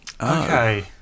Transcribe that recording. Okay